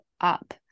up